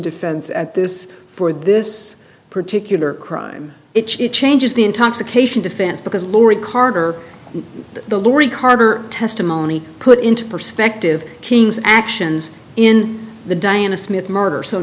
defense at this for this particular crime it changes the intoxication defense because laurie carter the lori garver testimony put into perspective king's actions in the diana smith murder so